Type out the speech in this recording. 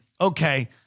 okay